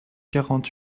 quarante